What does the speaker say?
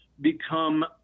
become